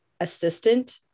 assistant